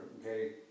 okay